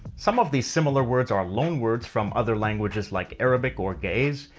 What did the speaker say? some of these similar words are loan words from other languages like arabic or ge'ez,